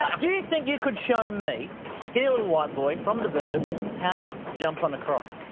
do you think you could show me skill and white boy from the burbs how to jump on a croc?